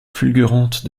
fulgurante